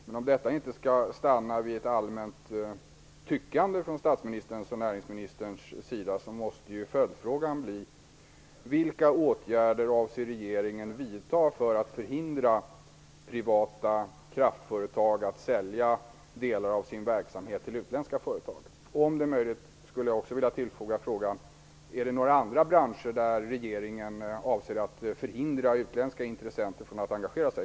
Men om detta inte skall stanna vid ett allmänt tyckande från statsministerns och näringsministerns sida måste följdfrågan bli: Vilka åtgärder avser regeringen att vidta för att förhindra privata kraftföretag att sälja delar av sin verksamhet till utländska företag? Om det är möjligt skulle jag också vilja tillfoga frågan: Finns det några andra branscher där regeringen avser att förhindra utländska intressenter från att engagera sig?